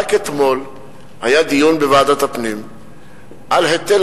רק אתמול היה דיון בוועדת הפנים על היטל